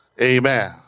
Amen